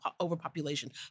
overpopulation